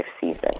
season